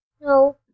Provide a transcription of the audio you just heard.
no